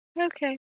Okay